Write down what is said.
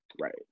right